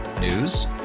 News